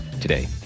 today